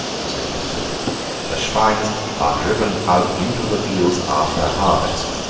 he said wistfully the schwines are driven out into the fields after harvest,